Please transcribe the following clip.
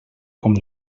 com